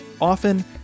often